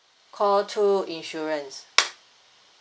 call two insurance